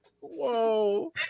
Whoa